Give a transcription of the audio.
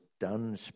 done